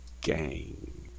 gang